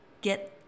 get